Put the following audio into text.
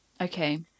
Okay